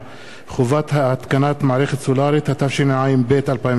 (חובת התקנת מערכת סולרית), התשע"ב 2012,